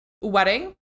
wedding